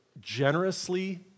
generously